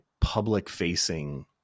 public-facing